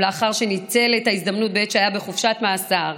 ולאחר שניצל את ההזדמנות בעת שהיה בחופשת מאסר,